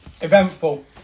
eventful